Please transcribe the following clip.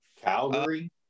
Calgary